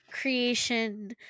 creation